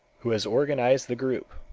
who has organized the group.